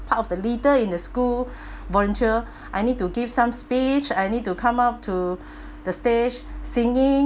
part of the leader in the school volunteer I need to give some speech I need to come up to the stage singing